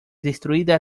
destruida